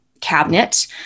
cabinet